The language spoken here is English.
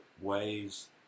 ways